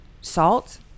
salt